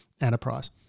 enterprise